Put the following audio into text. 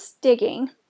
digging